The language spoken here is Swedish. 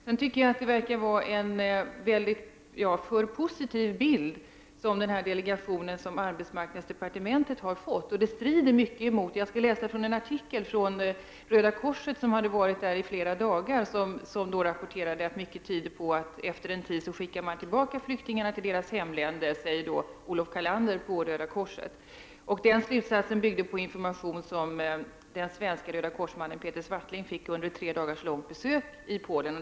Jag tycker att det verkar vara en för positiv bild som delegationen från arbetsmarknadsdepartementet har fått. Bilden strider mot vad jag har läst i en artikel från Röda korset. En delegation från Röda korset har varit flera dagar i Polen. Olof Callander på Röda korset har sagt att mycket tyder på att flyktingarna efter en tid skickas tillbaka till hemländerna. Den slutsatsen bygger på den information som den svenske Röda kors-representanten Peter Svartling fick under ett tre dagar långt besök i Polen.